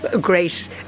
great